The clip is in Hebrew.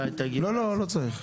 לא, לא צריך.